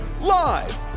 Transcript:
live